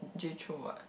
Jay-Chou what